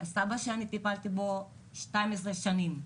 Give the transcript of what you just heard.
טיפלתי בסבא 12 שנים.